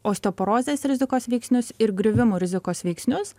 osteoporozės rizikos veiksnius ir griuvimų rizikos veiksnius